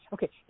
Okay